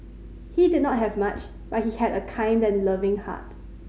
he did not have much but he had a kind and loving heart